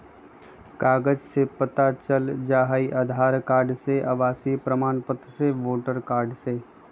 कागज से पता चल जाहई, आधार कार्ड से, आवासीय प्रमाण पत्र से, वोटर कार्ड से?